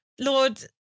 Lord